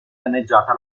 danneggiata